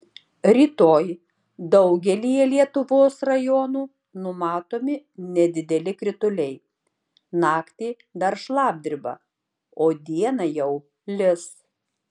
rytoj daugelyje lietuvos rajonų numatomi nedideli krituliai naktį dar šlapdriba o dieną jau lis